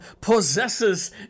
possesses